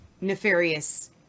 nefarious